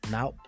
Now